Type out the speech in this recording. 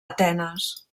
atenes